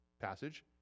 passage